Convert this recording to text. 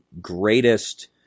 greatest